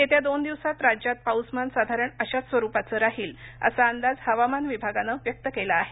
येत्या दोन दिवसात राज्यात पाऊसमान साधारण अशाच स्वरुपाचं राहील असा अंदाज हवामान विभागानं व्यक्त केला आहे